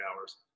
hours